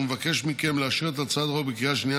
ומבקש מכם לאשר את הצעת החוק בקריאה השנייה